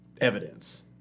evidence